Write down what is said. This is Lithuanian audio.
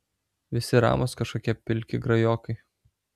visi ramūs kažkokie pilki grajokai